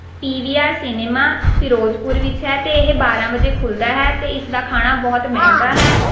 PVR cinema Firozpur ਵਿੱਚ ਹੈ ਅਤੇ ਇਹ ਬਾਰਾਂ ਵਜੇ ਖੁੱਲਦਾ ਹੈ ਅਤੇ ਇਸ ਦਾ ਖਾਣਾ ਬਹੁਤ ਮਹਿੰਗਾ ਹੈ